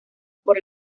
por